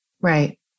Right